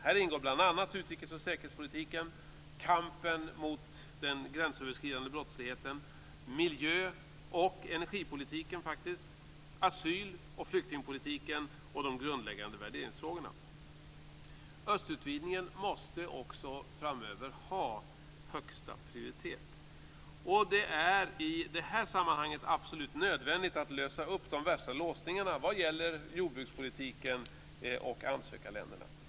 Här ingår bl.a. utrikes och säkerhetspolitiken, kampen mot den gränsöverskridande brottsligheten, miljö och energipolitiken, asyl och flyktingpolitiken och de grundläggande värderingsfrågorna. Östutvidgningen måste också framöver ha högsta prioritet. Det är i det sammanhanget absolut nödvändigt att lösa upp de värsta låsningarna vad gäller jordbrukspolitiken och ansökarländerna.